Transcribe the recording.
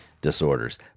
disorders